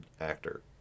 actor